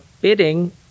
bidding